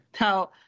Now